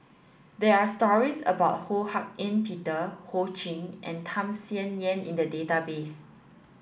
there are stories about Ho Hak Ean Peter Ho Ching and Tham Sien Yen in the database